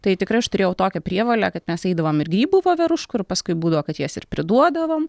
tai tikrai aš turėjau tokią prievolę kad mes eidavom ir grybų voveruškų ir paskui būdavo kad jas ir priduodavom